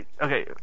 okay